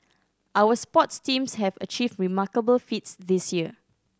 our sports teams have achieved remarkable feats this year